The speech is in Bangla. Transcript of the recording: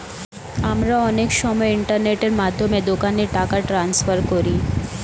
আমরা অনেক সময় ইন্টারনেটের মাধ্যমে দোকানে টাকা ট্রান্সফার করি